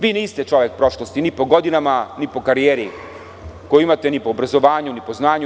Vi niste čovek prošlosti, ni po godinama, ni po karijeri koju imate, ni po obrazovanju, ni po znanju.